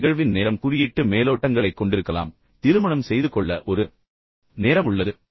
ஒரு நிகழ்வின் நேரம் குறியீட்டு மேலோட்டங்களைக் கொண்டிருக்கலாம் எனவே உதாரணமாக திருமணம் செய்து கொள்ள ஒரு நேரம் உள்ளது